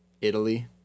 Italy